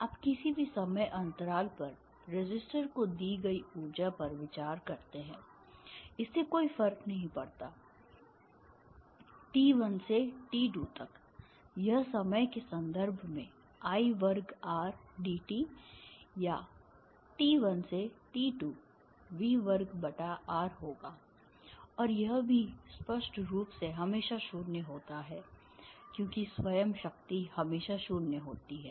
आप किसी भी समय अंतराल पर रेसिस्टर को दी गई ऊर्जा पर विचार करते हैं इससे कोई फर्क नहीं पड़ता t 1 से t 2 तक यह समय के संदर्भ में I वर्ग R dt या t 1 से t 2 V वर्ग बटा R होगा और यह भी स्पष्ट रूप से हमेशा शून्य होता है क्योंकि स्वयं शक्ति हमेशा शून्य होती है